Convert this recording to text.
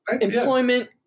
employment